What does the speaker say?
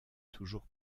toujours